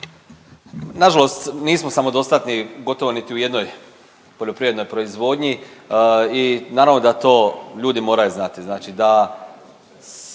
Nažalost nismo samodostatni gotovo niti u jednoj poljoprivrednoj proizvodnji i naravno da to ljudi moraju znati.